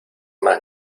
más